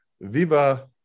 Viva